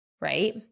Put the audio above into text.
right